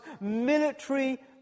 military